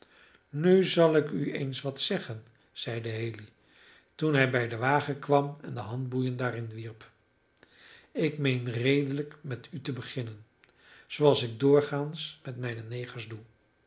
nu zal ik u eens wat zeggen zeide haley toen hij bij den wagen kwam en de handboeien daarin wierp ik meen redelijk met u te beginnen zooals ik doorgaans met mijne negers doe